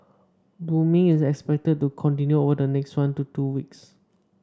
blooming is expected to continue over the next one to two weeks